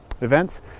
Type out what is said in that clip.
events